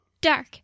Dark